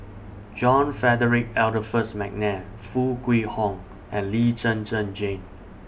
John Frederick Adolphus Mcnair Foo Kwee Horng and Lee Zhen Zhen Jane